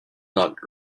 not